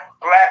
black